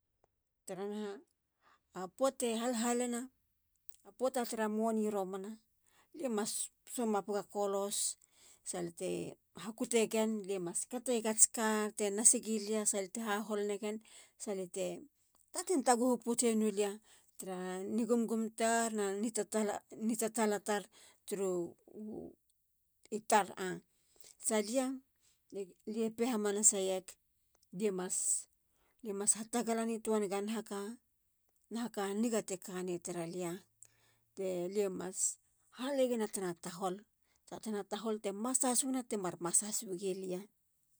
Tara naha. a poata e halhalina. a poata tara money romana. lie mas somapiga kolos salia te hakutegen. lie mas kateyegats kate nasegilia salia te hahol negen. salia te taten taguhu pouts eno lia tara ni gumgum tar na nitatala turu i tar. a. salia. liepe hamanaseyeg. lie mas hatagala nitoa nega naha kanigate kane tara lia. lie mas hale gena tana tahol. sa tana tahol te masa has wina temar masa has wigiliia.